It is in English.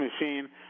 machine